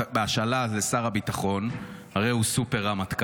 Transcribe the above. בהשאלה --- לשר הביטחון סופר-רמטכ"ל,